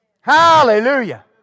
Hallelujah